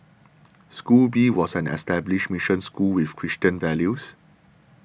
school B was an established mission school with Christian values